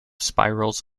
spirals